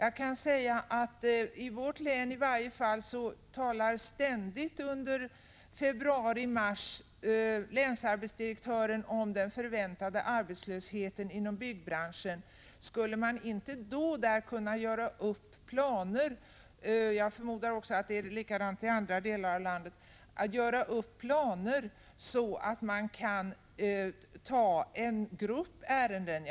I varje fall i mitt län talade länsarbetsdirektören ständigt under februari och mars om den väntade arbetslösheten inom byggbranschen. Jag förmodar att det är likadant i andra delar av landet. Skulle man då inte kunna göra upp planer, så att man kan behandla en grupp av ärenden?